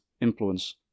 influence